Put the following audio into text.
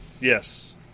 yes